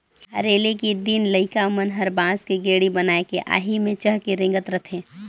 हरेली के दिन लइका मन हर बांस के गेड़ी बनायके आही मे चहके रेंगत रथे